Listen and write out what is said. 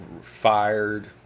fired